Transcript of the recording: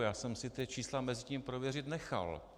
Já jsem si ta čísla mezitím prověřit nechal.